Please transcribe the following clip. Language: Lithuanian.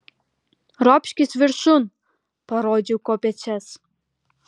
ropškis viršun parodžiau kopėčias